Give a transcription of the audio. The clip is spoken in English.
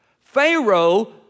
Pharaoh